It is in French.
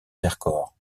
vercors